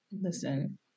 Listen